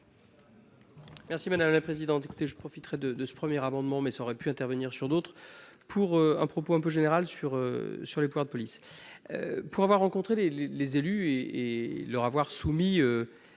Merci madame la présidente, écoutez je profiterai de de ce premier amendement mais ça aurait pu intervenir sur d'autres pour un propos un peu général sur sur les pouvoirs de police pour avoir rencontré les, les, les élus et leur avoir soumis